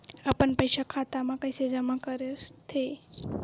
अपन पईसा खाता मा कइसे जमा कर थे?